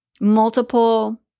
multiple